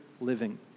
living